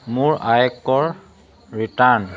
মোৰ আয়কৰ ৰিটাৰ্ণ